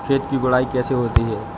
खेत की गुड़ाई कैसे होती हैं?